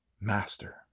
Master